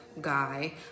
guy